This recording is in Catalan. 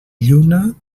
lluna